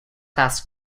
class